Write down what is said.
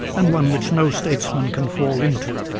and one which no statesman can fall into